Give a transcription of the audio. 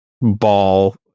ball